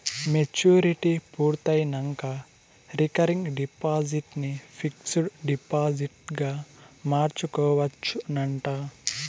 maturity పూర్తయినంక recurring deposit ని fixed డిపాజిట్గ మార్చుకోవచ్చునంట